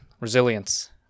resilience